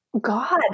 God